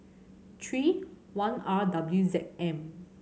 three one R W Z M